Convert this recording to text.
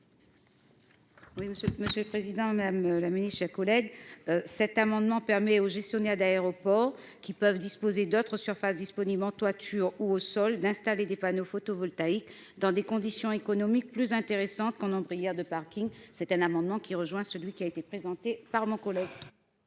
monsieur le président, même la Münich collègues cet amendement permet aux gestionnaires d'aéroports qui peuvent disposer d'autres surfaces disponibles toiture ou au sol, d'installer des panneaux photovoltaïques dans des conditions économiques plus intéressantes qu'en nombre hier de c'est un amendement qui rejoint celui qui a été présenté par mon collègue.